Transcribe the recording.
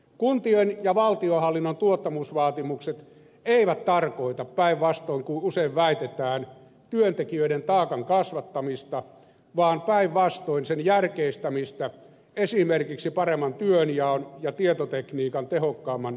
kuntien ja valtionhallinnon tuottavuusvaatimukset eivät tarkoita päinvastoin kuin usein väitetään työntekijöiden taakan kasvattamista vaan päinvastoin sen järkeistämistä esimerkiksi paremman työnjaon ja tietotekniikan tehokkaamman hyödyntämisen kautta